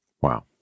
Wow